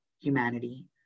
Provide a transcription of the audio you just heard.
humanity